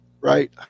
Right